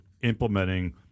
implementing